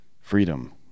freedom